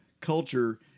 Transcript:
culture